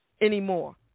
anymore